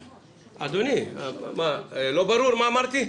אדוני, לא ברור מה אמרתי?